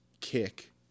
Kick